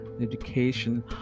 education